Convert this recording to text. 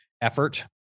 effort